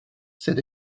said